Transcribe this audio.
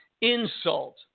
insult